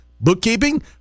bookkeeping